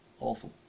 Awful